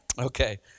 Okay